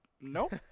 nope